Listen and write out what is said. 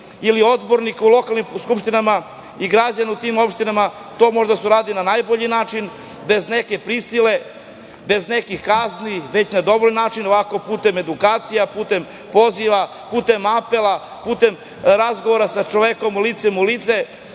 ili odbornik u lokalnim skupštinama, ili građani u tim opštinama, to može da se uradi na najbolji način, bez neke prisile, bez nekih kazni, već na dobrovoljan način, ovako putem edukacija, putem poziva, putem apela, putem razgovora sa čovekom lice u lice. Mi